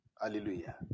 hallelujah